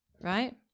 right